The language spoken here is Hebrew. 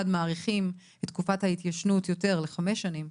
מאריכים את תקופת ההתיישנות לחמש שנים,